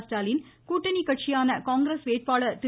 ஸ்டாலின் கூட்டணி கட்சியான காங்கிரஸ் வேட்பாளர் திரு